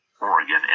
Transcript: Oregon